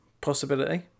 possibility